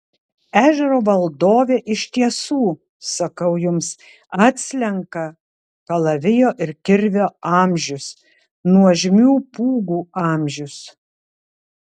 ežero valdovė iš tiesų sakau jums atslenka kalavijo ir kirvio amžius nuožmių pūgų amžius